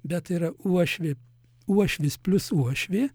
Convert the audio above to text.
bet yra uošvė uošvis plius uošvė